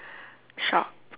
shop